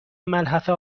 ملحفه